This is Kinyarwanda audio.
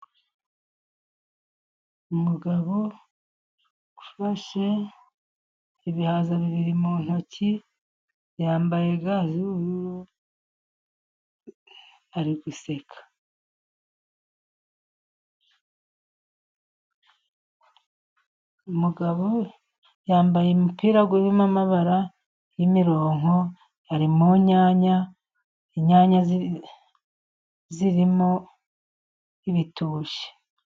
Umugabo ufashe ibihaza bibiri mu ntoki ,yambaye ga z'ubururu, ariguseka umugabo yambaye umupira urimo amabara y'imirongo, ari mu nyanya. Inyanya zirimo ibitoki